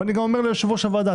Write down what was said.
ואני גם אומר ליושב-ראש הוועדה,